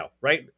right